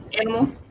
animal